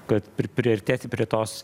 kad pri priartėti prie tos